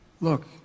Look